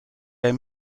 der